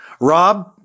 Rob